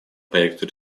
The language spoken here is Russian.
проекту